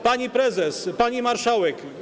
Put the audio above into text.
Pani Prezes! Pani Marszałek!